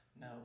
no